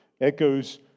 echoes